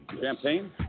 Champagne